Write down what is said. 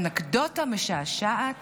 אנקדוטה משעשעת